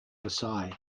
versailles